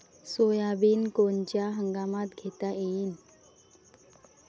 Soybean कोनच्या हंगामात घेता येईन?